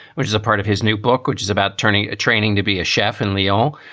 which is a part of his new book, which is about turning a training to be a chef and leo.